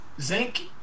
zinc